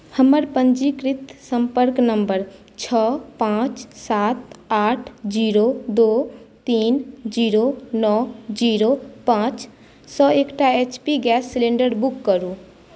हमर पञ्जीकृत सम्पर्क नम्बर छओ पाँच सात आठ जीरो दू तीन जीरो नओ जीरो पाँचसँ एकटा H P gas cylinder book करू